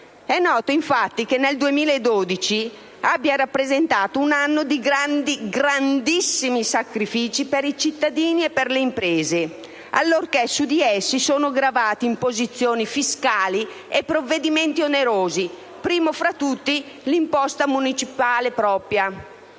È noto infatti che il 2012 abbia rappresentato un anno di grandi, grandissimi sacrifici per i cittadini e per le imprese allorché su di essi sono gravati imposizioni fiscali e provvedimenti onerosi, primo fra tutti l'imposta municipale propria.